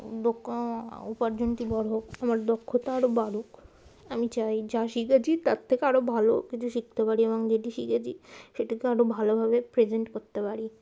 দক্ষ উপার্জনটি বড় হোক আমার দক্ষতা আরও বাড়ুক আমি চাই যা শিখেছি তার থেকে আরও ভালো কিছু শিখতে পারি এবং যেটি শিখেছি সেটিকে আরও ভালোভাবে প্রেজেন্ট করতে পারি